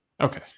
Okay